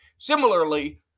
Similarly